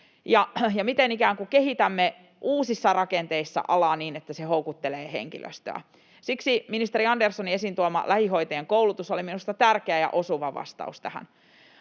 miten ikään kuin kehitämme uusissa rakenteissa alaa niin, että se houkuttelee henkilöstöä. Siksi ministeri Anderssonin esiin tuoma lähihoitajien koulutus oli minusta tärkeä ja osuva vastaus tähän.